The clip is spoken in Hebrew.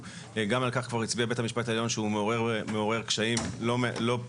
גם על כך כבר הצביע בית המשפט העליון שהוא מעורר קשיים לא פשוטים,